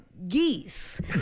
geese